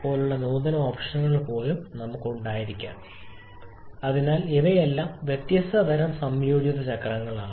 പോലുള്ള നൂതന ഓപ്ഷനുകൾ പോലും നമുക്ക് ഉണ്ടായിരിക്കാം അതിനാൽ ഇവയെല്ലാം വ്യത്യസ്ത തരം സംയോജിത ചക്രങ്ങളാണ്